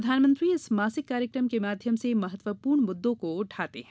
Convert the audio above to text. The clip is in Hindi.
प्रधानमंत्री इस मासिक कार्यक्रम के माध्यम से महत्वपूर्ण मुद्दों को उठाते हैं